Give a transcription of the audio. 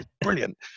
brilliant